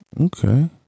okay